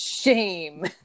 Shame